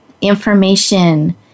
information